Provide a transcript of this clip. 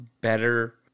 better